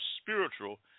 spiritual